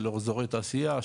של אזורי תעשייה,